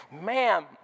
ma'am